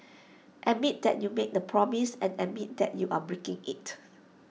admit that you made A promise and admit that you are breaking IT